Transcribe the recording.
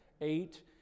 eight